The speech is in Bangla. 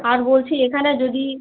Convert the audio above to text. আর বলছি এখানে যদি